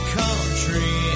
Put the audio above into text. country